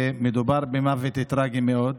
מדובר במוות טרגי מאוד.